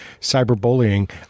cyberbullying